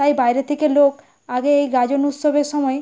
তাই বাইরে থেকে লোক আগে এই গাজন উৎসবের সময়